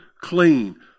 clean